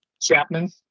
Chapman